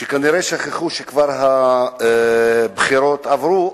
וכנראה שכחו שהבחירות כבר עברו,